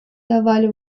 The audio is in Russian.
давали